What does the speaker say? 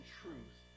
truth